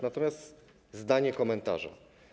Natomiast zdanie komentarza.